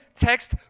text